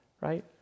right